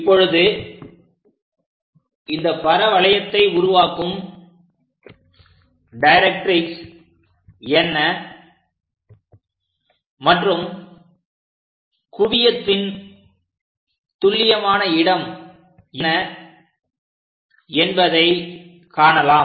இப்பொழுது இந்த பரவளையத்தை உருவாக்கும் டைரக்ட்ரிக்ஸ் என்ன மற்றும் குவியத்தின் துல்லியமான இடம் என்ன என்பதை காணலாம்